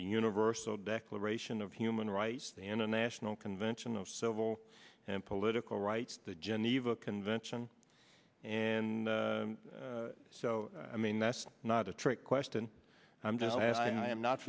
universal declaration of human rights the international convention of civil and political rights the geneva convention and so i mean that's not a trick question i'm